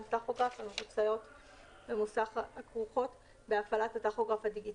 הטכוגרף המבוצעות במוסך הכרוכות בהפעלת הטכוגרף הדיגיטלי,